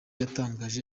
yatangaje